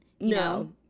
No